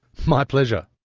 my pleasure.